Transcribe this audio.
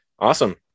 Awesome